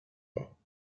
pas